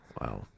Wow